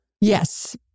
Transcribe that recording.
Yes